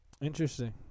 Interesting